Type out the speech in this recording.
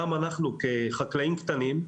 גם אנחנו כחקלאים קטנים,